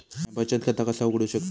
म्या बचत खाता कसा उघडू शकतय?